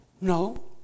No